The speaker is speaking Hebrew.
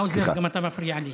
האוזר, גם אתה מפריע לי.